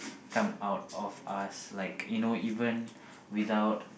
come out of us like you know even without